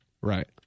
Right